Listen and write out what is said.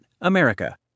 America